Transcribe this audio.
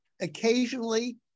occasionally